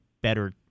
better